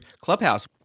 Clubhouse